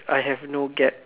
uh I have no gaps